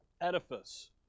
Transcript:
edifice